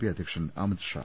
P അധ്യക്ഷൻ അമിത് ഷാ